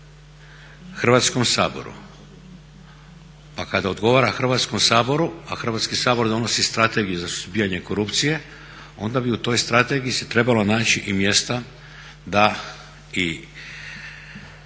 Hrvatskom saboru. a kada odgovara Hrvatskom saboru, a Hrvatski sabor donosi Strategiju za suzbijanje korupcije onda bi se u toj strategiji trebalo naći i mjesta da i